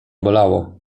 bolało